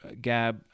Gab